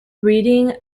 breeding